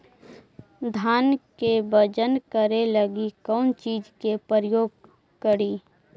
धान के बजन करे लगी कौन चिज के प्रयोग करि?